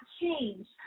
change